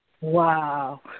Wow